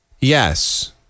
Yes